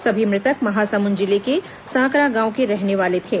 सभी मृतक महासमुंद जिले के सांकरा गांव के रहने वाले थे